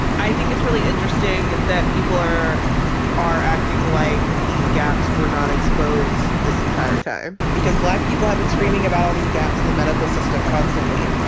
i think it's really interesting that people are are acting like these gaps were not exposed this entire time. because black people have been screaming about all these gaps in the medical system constantly.